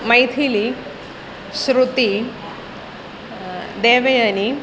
मैथिली श्रुतिः देवयानी